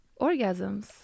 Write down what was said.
orgasms